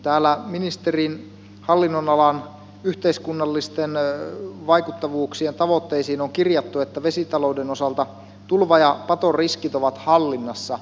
täällä ministerin hallinnonalan yhteiskunnallisten vaikuttavuuksien tavoitteisiin on kirjattu että vesitalouden osalta tulva ja patoriskit ovat hallinnassa